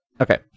Okay